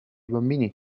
bambini